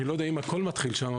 אני לא יודע אם הכול מתחיל שם,